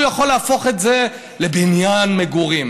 הוא יכול להפוך את זה לבניין מגורים.